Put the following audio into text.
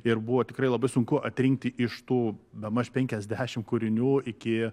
ir buvo tikrai labai sunku atrinkti iš tų bemaž penkiasdešim kūrinių iki